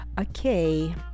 okay